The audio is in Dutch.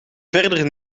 verder